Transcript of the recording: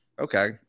okay